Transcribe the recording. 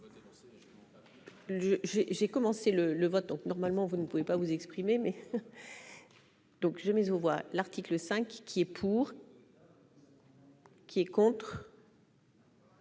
j'ai commencé le le vote donc normalement, vous ne pouvez pas vous exprimer mais donc je mise aux voix, l'article 5 qui est pour. Qui est contre.